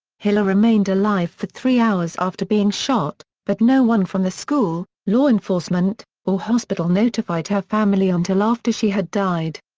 hilscher remained alive for three hours after being shot, but no one from the school, law enforcement, or hospital notified her family until after she had died.